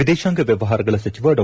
ವಿದೇಶಾಂಗ ವ್ಯವಹಾರಗಳ ಸಚಿವ ಡಾ